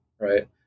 right